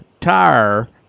Tire